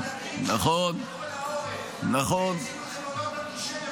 גם דתיים ------ מענה לתפילת שחרית,